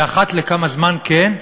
ואחת לכמה זמן, כן,